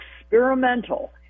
experimental